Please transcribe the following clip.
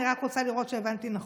אני רק רוצה לראות שהבנתי נכון.